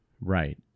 Right